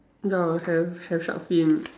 ya have have shark fin